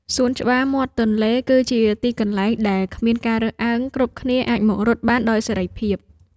សួនច្បារមាត់ទន្លេគឺជាទីកន្លែងដែលគ្មានការរើសអើង គ្រប់គ្នាអាចមករត់បានដោយសេរីភាព។